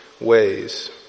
ways